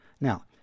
Now